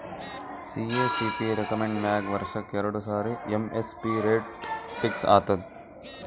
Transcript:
CACP recommend ಮ್ಯಾಗ್ ವರ್ಷಕ್ಕ್ ಎರಡು ಸಾರಿ ಎಮ್.ಎಸ್.ಪಿ ರೇಟ್ ಫಿಕ್ಸ್ ಆತದ್